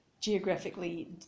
geographically